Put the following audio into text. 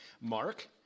Mark